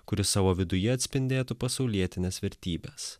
kuri savo viduje atspindėtų pasaulietines vertybes